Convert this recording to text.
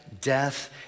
death